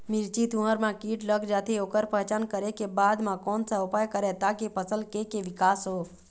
मिर्ची, तुंहर मा कीट लग जाथे ओकर पहचान करें के बाद मा कोन सा उपाय करें ताकि फसल के के विकास हो?